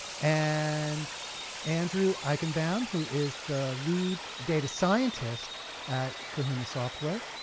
and andrew eichenbaum, who is the lead data scientist at kahuna software.